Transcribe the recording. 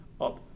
up